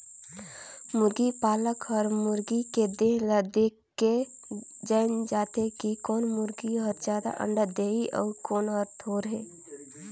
मुरगी पालक हर मुरगी के देह ल देखके जायन दारथे कि कोन मुरगी हर जादा अंडा देहि अउ कोन हर थोरहें